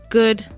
good